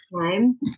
time